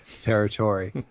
territory